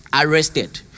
arrested